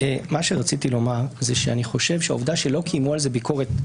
מה שרציתי לומר שהעובדה שלא קיימו על זה ביקורת,